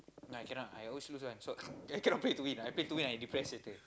no I cannot I always lose one so I cannot play to win I play to win I depressed later